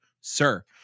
Sir